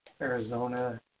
Arizona